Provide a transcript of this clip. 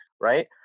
right